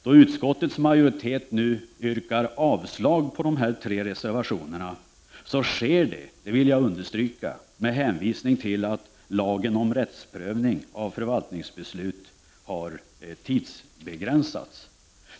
Då utskottets majoritet nu yrkar avslag på de här tre reservationerna sker det, det vill jag understryka, med hänvisning till att lagen om rättsprövning av förvaltningsbeslut har tidsbegränsats.